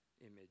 image